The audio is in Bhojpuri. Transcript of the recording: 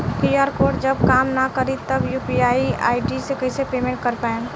क्यू.आर कोड जब काम ना करी त यू.पी.आई आई.डी से कइसे पेमेंट कर पाएम?